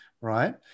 right